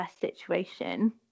situation